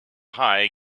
high